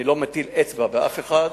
אני לא מפנה אצבע לאף אחד,